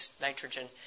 nitrogen